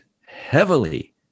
heavily